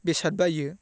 बेसाद बायो